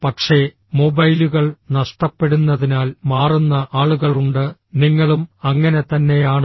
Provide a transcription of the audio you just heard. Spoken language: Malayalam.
പക്ഷേ മൊബൈലുകൾ നഷ്ടപ്പെടുന്നതിനാൽ മാറുന്ന ആളുകളുണ്ട് നിങ്ങളും അങ്ങനെ തന്നെയാണോ